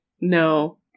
No